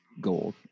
gold